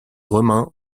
romains